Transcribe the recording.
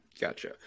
gotcha